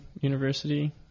University